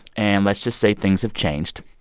and let's just say, things have changed.